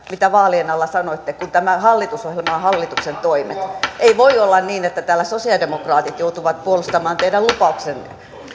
mitä vaalien alla sanoitte ovat täysin päinvastaisia kuin tämä hallitusohjelma ja hallituksen toimet ei voi olla niin että täällä sosialidemokraatit joutuvat puolustamaan teidän lupauksianne